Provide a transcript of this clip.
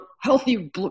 healthy